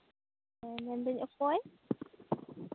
ᱢᱮᱱᱫᱟᱹᱧ ᱚᱠᱚᱭ